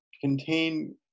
contain